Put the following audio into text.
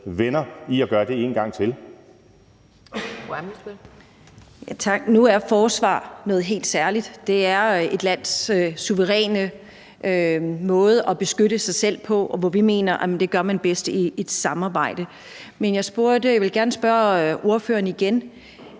Ammitzbøll (KF): Tak. Nu er forsvar noget helt særligt, det er et lands suveræne måde at beskytte sig selv på, og her mener vi, at det gør man bedst i et samarbejde. Men jeg vil gerne spørge ordføreren igen: